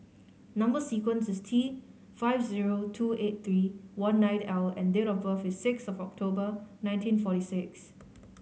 number sequence is T five zero two eight three one nine L and date of birth is six of October nineteen forty six